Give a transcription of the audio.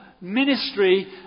ministry